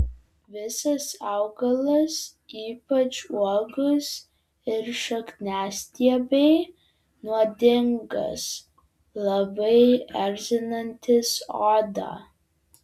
visas augalas ypač uogos ir šakniastiebiai nuodingas labai erzinantis odą